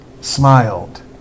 Smiled